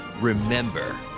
Remember